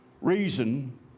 reason